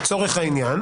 לצורך העניין,